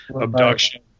abduction